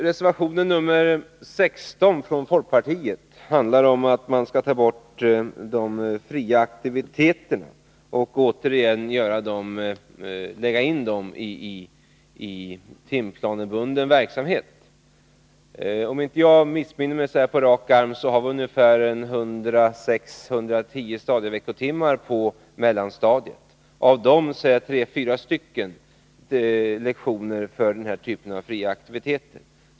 Reservation 16 från folkpartiet handlar om att ta bort de fria aktiviteterna och återigen lägga in dem i den timplanebundna verksamheten. Om jag inte missminner mig har vi 106-110 stadieveckotimmar på mellanstadiet. Av dem är tre fyra stycken lektioner för den här typen av fria aktiviteter.